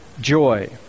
joy